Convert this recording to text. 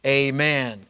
amen